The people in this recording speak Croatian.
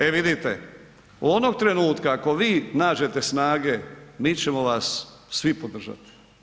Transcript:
E vidite, onog trenutka ako vi nađete snage, mi ćemo vas svi podržati.